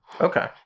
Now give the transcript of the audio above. Okay